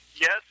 Yes